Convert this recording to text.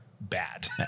bad